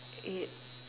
it